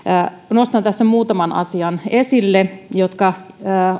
nostan tässä esille muutaman asian jotka